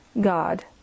God